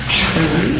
true